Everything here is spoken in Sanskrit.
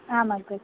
आम् आग्रज